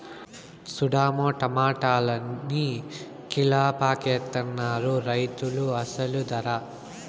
సూడమ్మో టమాటాలన్ని కీలపాకెత్తనారు రైతులు అసలు దరే